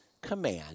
command